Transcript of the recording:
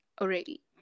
already